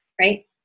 Right